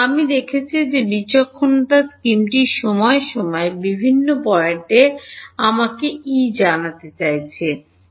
আমি দেখেছি যে বিচক্ষণতা স্কিমটি সময়ে সময়ে বিভিন্ন পয়েন্টে বিভিন্ন পয়েন্টে আমার ই জানতে হবে